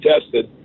tested